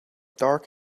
dark